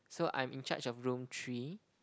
so I'm in charge of room three